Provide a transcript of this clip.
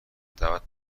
دعوت